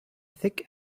thick